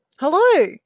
Hello